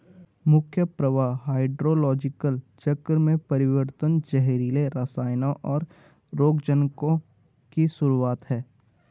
मुख्य प्रभाव हाइड्रोलॉजिकल चक्र में परिवर्तन, जहरीले रसायनों, और रोगजनकों की शुरूआत हैं